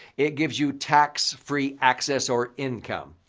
it gives you tax-free access or income.